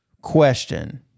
Question